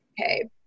Okay